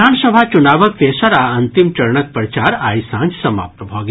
विधानसभा चुनावक तेसर आ अंतिम चरणक प्रचार आइ सांझ समाप्त भऽ गेल